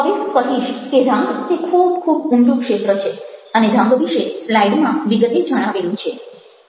હવે હું કહીશ કે રંગ તે ખૂબ ખૂબ ઊંડું ક્ષેત્ર છે અને રંગ વિશે સ્લાઈડમાં વિગતે જણાવેલું છે